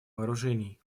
вооружений